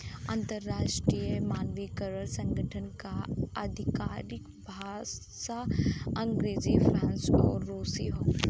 अंतर्राष्ट्रीय मानकीकरण संगठन क आधिकारिक भाषा अंग्रेजी फ्रेंच आउर रुसी हौ